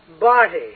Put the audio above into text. body